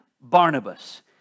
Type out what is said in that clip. Barnabas